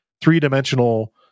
three-dimensional